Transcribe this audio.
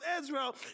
Israel